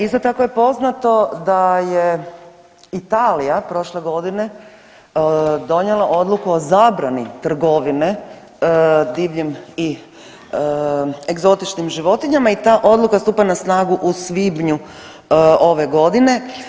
Isto tako je poznato da je Italija prošle godine donijela Odluku o zabrani trgovine divljim i egzotičnim životinjama i ta odluka stupa na snagu u svibnju ove godine.